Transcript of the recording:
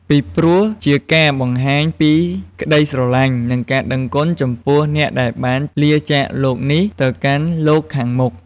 ពីព្រោះ ជាការបង្ហាញពីក្តីស្រឡាញ់ និងការដឹងគុណចំពោះអ្នកដែលបានលាចាកលោកនេះទៅកាន់លោកខាងមុខ។